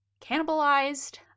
cannibalized